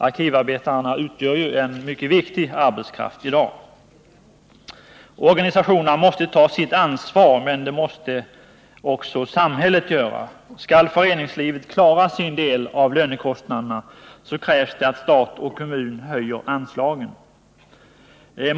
Organisationerna måste ta sitt ansvar, men det måste också samhället göra. Skall föreningslivet klara sin del av lönekostnaderna krävs det att stat och kommun höjer anslagen.